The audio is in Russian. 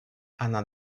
она